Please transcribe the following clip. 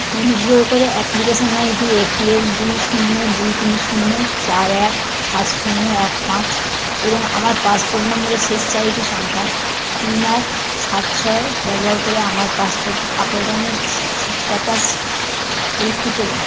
অনুগ্রহ করে application ID APL দুই শূন্য দুই তিন শূন্য চার এক সাত শূন্য এক পাঁচ এবং আমার পাসপোর্ট নম্বরের শেষ চারটি সংখ্যা তিন আট সাত ছয় ব্যবহার করে আমার পাসপোর্ট আবেদনের স্টেটাস পরীক্ষা করুন